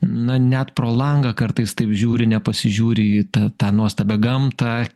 na net pro langą kartais taip žiūri nepasižiūri į tą tą nuostabią gamtą